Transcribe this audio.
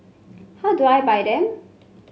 how do I buy them